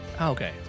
okay